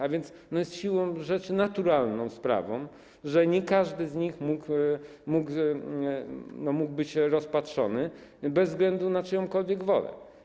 A więc jest siłą rzeczy naturalną sprawą, że nie każdy z nich mógł być rozpatrzony, bez względu na czyjąkolwiek wolę.